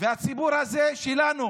והציבור הזה שלנו